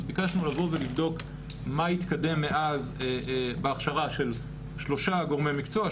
אז ביקשנו לבוא ולבדוק מה התקדם מאז בהכשרה של שלושה גורמי מקצוע,